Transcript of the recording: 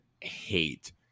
hate